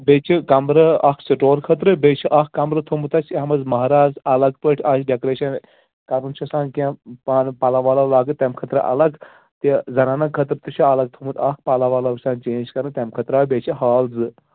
بیٚیہِ چھِ کَمرٕ اَکھ سِٹور خٲطرٕ بیٚیہِ چھُ اَکھ کَمرٕ تھوٚومُت اَسہِ یِتھ منٛز مہراز الگ پٲٹھۍ آسہِ ڈیکوریٚشَن کَرُن چھُ آسان کیٚنٛہہ پانہٕ پَلو وَلو لاگٕنۍ تَمہِ خٲطرٕ الگ تہِ زَنانَن خٲطرٕ تہِ چھُ الگ تھوٚومُت اَکھ پَلو وَلو آسان چیٚنٛج کَرُن تَمہِ خٲطرٕ اکھ بیٚیہِ چھِ ہال زٕ